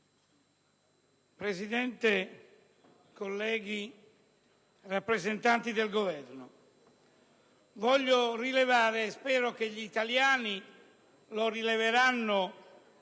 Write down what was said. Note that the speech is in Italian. Presidente, colleghi, rappresentanti del Governo, vorrei rilevare - e spero che gli italiani lo facciano